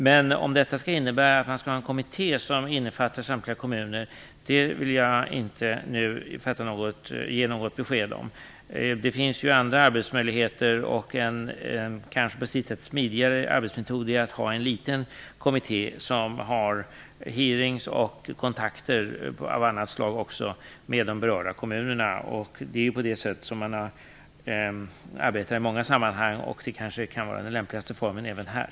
Men om detta skall innebära att man skall ha en kommitté som innefattar samtliga kommuner vill jag inte nu ge något besked om. Det finns andra arbetsmöjligheter. En på sitt sätt kanske smidigare arbetsmetod är att ha en liten kommitté som har hearings och kontakter av annat slag med de berörda kommunerna. Det är på det sättet som man har arbetat i många sammanhang. Det kanske kan vara den lämpligaste formen även här.